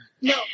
No